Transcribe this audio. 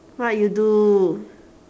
what you do